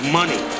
money